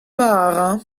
bara